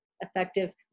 effective